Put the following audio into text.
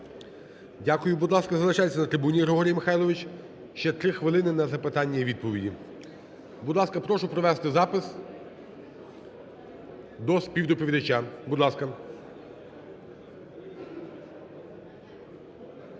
Дякую. Будь ласка, залишайтеся на трибуні, Григорій Михайлович. Ще 3 хвилини – на запитання і відповіді, будь ласка, прошу провести запис до співдоповідача. Будь ласка.